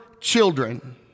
children